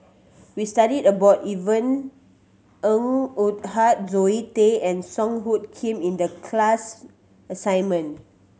we studied about Yvonne Ng Uhde Zoe Tay and Song Hoot Kiam in the class assignment